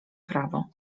prawo